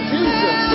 Jesus